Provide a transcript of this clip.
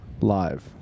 Live